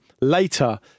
later